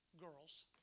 girls